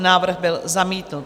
Návrh byl zamítnut.